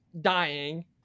dying